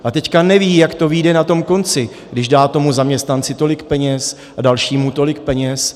A teď neví, jak to vyjde na tom konci, když dá tomu zaměstnanci tolik peněz a dalšímu tolik peněz.